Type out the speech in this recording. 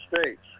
states